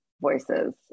voices